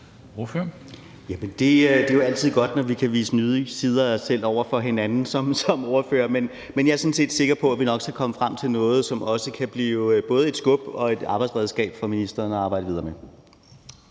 Det er jo altid godt, når vi kan vise nye sider af os selv over for hinanden som ordførere, men jeg er sådan set sikker på, at vi nok skal komme frem til noget, som også kan blive både et skub og et arbejdsredskab for ministeren at arbejde videre med.